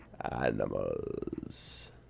animals